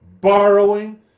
borrowing